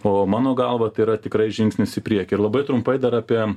o mano galva tai yra tikrai žingsnis į priekį ir labai trumpai dar apie